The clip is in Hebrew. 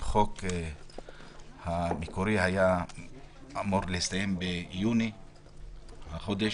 החוק המקורי היה אמור להסתיים ביוני, החודש.